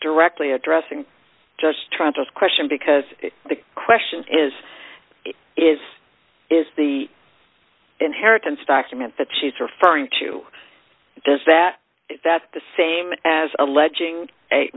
directly addressing just trying to ask question because the question is is is the inheritance document that she's referring to does that that's the same as alleging